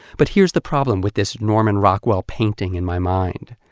but here's the problem with this norman rockwell painting in my mind.